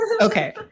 Okay